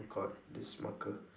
god this marker